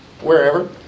wherever